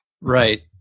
right